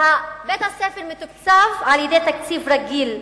בית-הספר מתוקצב על-ידי תקציב רגיל,